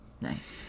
Nice